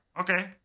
Okay